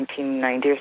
1990s